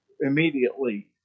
immediately